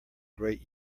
great